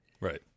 Right